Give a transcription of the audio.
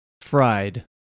fried